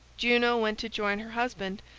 juno went to join her husband,